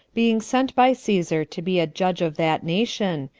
being sent by caesar to be a judge of that nation,